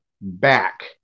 back